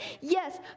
Yes